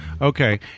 Okay